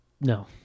No